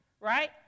right